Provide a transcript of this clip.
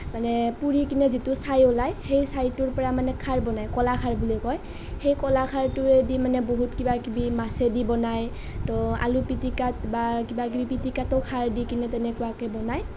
মানে পুৰি কিনে যিটো চাইটো ওলায় সেই চাইটোৰ পৰা মানে খাৰ বনায় কলখাৰ বুলি কয় সেই কলখাৰটোয়েদি মানে বহুত কিবা কিবি মাছেদি বনায় তো আলু পিটিকাত বা কিবা কিবি পিটিকাতো খাৰ দি কিনে তেনেকুৱাকৈ বনায়